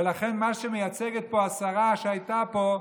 ולכן, מה שמייצגת פה השרה שהייתה פה,